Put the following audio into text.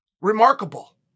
Remarkable